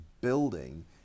building